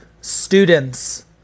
Students